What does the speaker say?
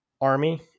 army